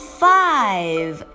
five